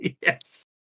Yes